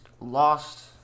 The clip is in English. lost